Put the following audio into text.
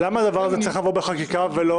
למה הדבר הזה צריך לבוא בחקיקה ולא